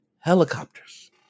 helicopters